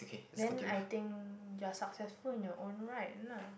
then I think you are successful in your own right lah